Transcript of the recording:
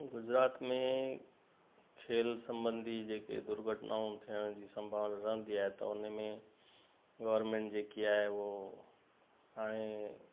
गुजरात में खेल संबधी जेके दुर्घटनाऊं थियण जी संभावना रहंदी आहे त उन में गोर्मेंट जेकी आहे उहो ऐं